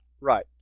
Right